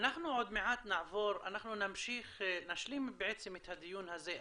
אנחנו נשלים בעצם את הדיון הזה.